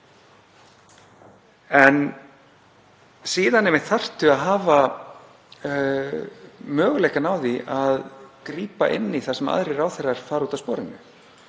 En síðan þarftu einmitt að hafa möguleikann á því að grípa inn í þar sem aðrir ráðherrar fara út af sporinu.